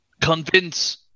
Convince